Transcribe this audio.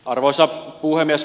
arvoisa puhemies